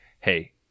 hey